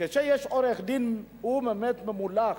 כשיש עורך-דין הוא באמת ממולח,